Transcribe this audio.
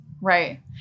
Right